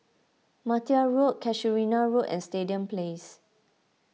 Martia Road Casuarina Road and Stadium Place